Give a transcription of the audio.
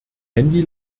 handy